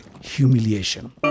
humiliation